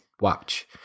Watch